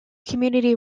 community